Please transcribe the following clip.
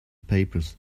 papers